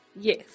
Yes